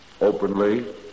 openly